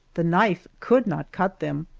the knife could not cut them,